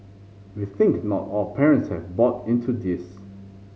we think not all parents have bought into this